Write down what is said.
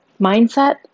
mindset